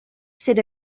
said